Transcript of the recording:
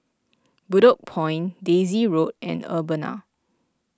Bedok Point Daisy Road and Urbana